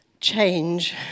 Change